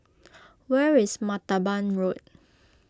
where is Martaban Road